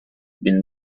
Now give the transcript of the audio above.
been